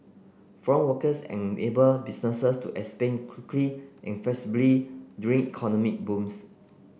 foreign workers enable businesses to expand quickly and flexibly during economic booms